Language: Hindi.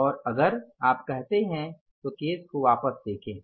और अगर आप कहते हैं तो केस को वापस देखें